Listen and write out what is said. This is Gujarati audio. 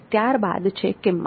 ત્યારબાદ છે કિંમત